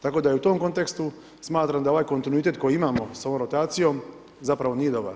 Tako da u tom kontekstu smatram da ovaj kontinuitet koji imamo sa ovom rotacijom, zapravo nije dobar.